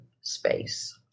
space